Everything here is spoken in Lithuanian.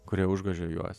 kurie užgožia juos